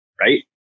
right